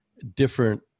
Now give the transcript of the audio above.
Different